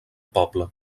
poble